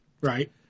Right